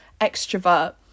extrovert